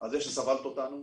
על כך שסבלת אותנו.